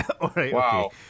Wow